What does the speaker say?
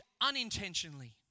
unintentionally